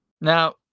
now